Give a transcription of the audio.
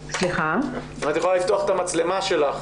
הזה,